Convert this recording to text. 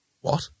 What